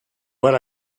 what